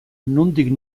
nondik